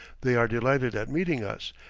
they are delighted at meeting us,